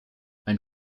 ein